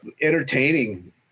entertaining